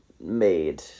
made